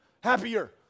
Happier